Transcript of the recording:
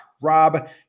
Rob